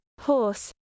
horse